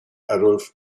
adolf